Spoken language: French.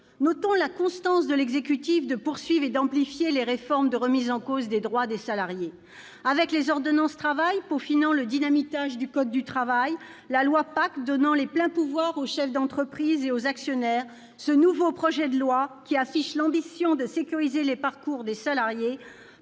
Notons la constance de l'exécutif à poursuivre et à amplifier les réformes de remise en cause des droits des salariés. Avec les ordonnances Travail, peaufinant le dynamitage du code du travail, et la loi PACTE, donnant les pleins pouvoirs aux chefs d'entreprise et aux actionnaires, ce nouveau projet de loi, qui affiche l'ambition de sécuriser les parcours des salariés,